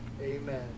Amen